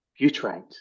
butyrate